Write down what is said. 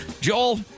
Joel